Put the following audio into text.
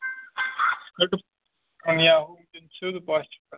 پَش چھُ کَرُن